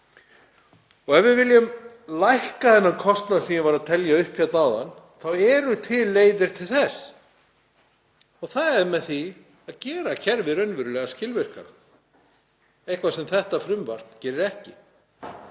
Ef við viljum lækka þann kostnað sem ég var að telja upp hérna áðan þá eru til leiðir til þess. Það er með því að gera kerfið raunverulega skilvirkara, eitthvað sem þetta frumvarp gerir ekki.